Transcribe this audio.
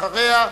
אחריה,